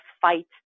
fight